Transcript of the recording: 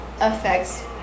affects